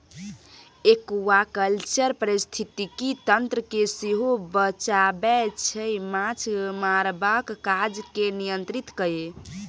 aquaculture पारिस्थितिकी तंत्र केँ सेहो बचाबै छै माछ मारबाक काज केँ नियंत्रित कए